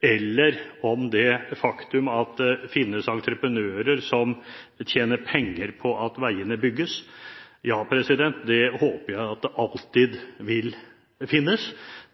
eller om det faktum at det finnes entreprenører som tjener penger på at veiene bygges. Ja, det håper jeg at det alltid vil være.